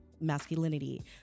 masculinity